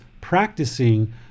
practicing